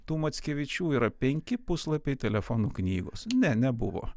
tų mackevičių yra penki puslapiai telefonų knygos ne nebuvo